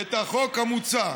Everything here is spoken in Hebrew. את החוק המוצע,